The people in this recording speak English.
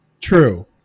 True